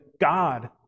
God